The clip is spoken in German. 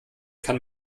kann